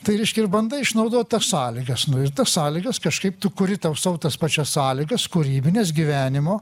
tai reiškia ir bandai išnaudot tas sąlygas nu ir tos sąlygos kažkaip tu kuri tau sau tas pačias sąlygas kūrybines gyvenimo